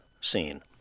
scene